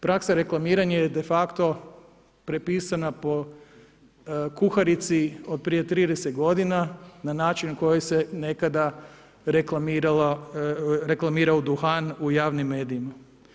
Praksa reklamiranja je de facto prepisana po kuharici od prije 30 godina na način na koji se nekada reklamirao duhan u javnim medijima.